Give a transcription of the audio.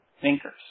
thinkers